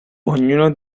ognuno